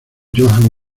johann